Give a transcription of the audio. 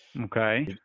okay